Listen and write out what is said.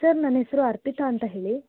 sir ನನ್ನ ಹೆಸರು ಅರ್ಪಿತಾ ಅಂತ ಹೇಳಿ